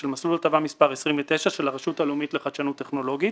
של מסלול הטבה מספר 29 של הרשות הלאומית לחדשנות טכנולוגית,